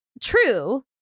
true